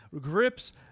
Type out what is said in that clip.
grips